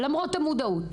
למרות המודעות.